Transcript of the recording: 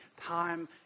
time